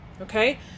Okay